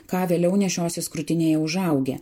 ką vėliau nešiosis krūtinėje užaugę